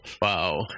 wow